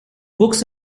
books